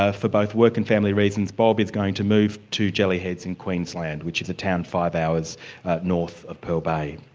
ah for both work and family reasons, bob is going to move to jelly heads in queensland, which is a town five hours north of pearl bay.